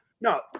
no